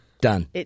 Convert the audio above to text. done